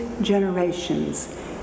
generations